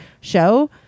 show